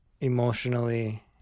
emotionally